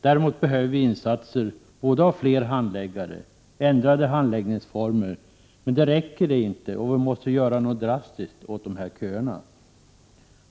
Däremot behöver vi insatser i form av både fler handläggare och ändrade handläggningsformer, men det räcker inte. Vi måste göra något drastiskt åt köerna.